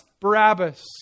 Barabbas